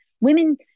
Women